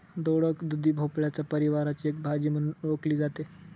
दोडक, दुधी भोपळ्याच्या परिवाराची एक भाजी म्हणून ओळखली जाते